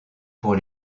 pour